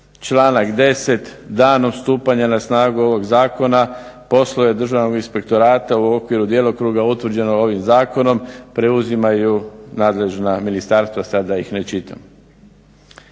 Članak 10. Danom stupanja na snagu ovoga Zakona poslove Državnog inspektorata u okviru djelokruga utvrđeno ovim zakonom preuzimaju nadležna ministarstva sada da ih ne čitam.